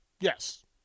yes